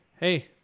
hey